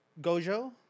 Gojo